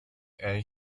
and